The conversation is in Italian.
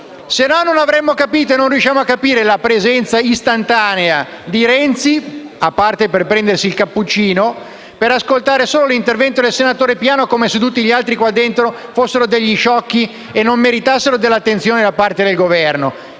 del Governo. Altrimenti, non riusciamo a capire la presenza istantanea di Renzi, a parte per prendere il cappuccino, ai fini di ascoltare solo l'intervento del senatore Piano, come se tutti gli altri qui dentro fossero degli sciocchi e non meritassero l'attenzione da parte del Governo.